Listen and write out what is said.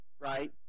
right